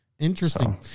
interesting